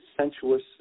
sensuous